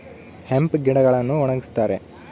hemp ಗಿಡಗಳನ್ನು ಒಣಗಸ್ತರೆ